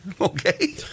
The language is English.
okay